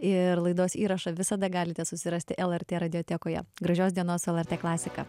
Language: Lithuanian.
ir laidos įrašą visada galite susirasti lrt radiotekoje gražios dienos lrt klasika